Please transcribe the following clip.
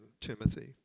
Timothy